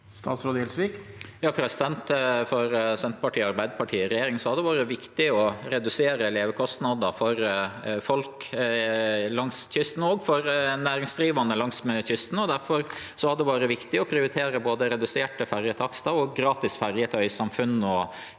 Sigbjørn Gjelsvik For Senter- partiet og Arbeidarpartiet i regjering har det vore viktig å redusere levekostnader for folk langs kysten og for næringsdrivande langs kysten. Difor har det vore viktig å prioritere både reduserte ferjetakstar og gratis ferje til øysamfunn og